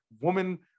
woman